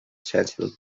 sensible